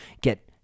Get